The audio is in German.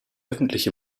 öffentliche